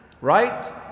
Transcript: right